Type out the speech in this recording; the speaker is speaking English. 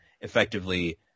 effectively